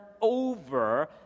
over